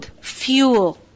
Fuel